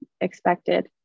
expected